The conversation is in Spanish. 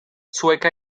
sueca